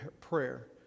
prayer